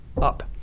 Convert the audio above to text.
up